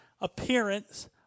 appearance